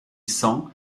sent